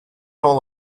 all